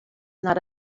not